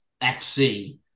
FC